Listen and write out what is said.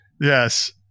Yes